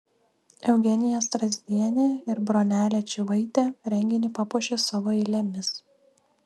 eugenija strazdienė ir bronelė čyvaitė renginį papuošė savo eilėmis